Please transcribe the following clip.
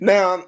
Now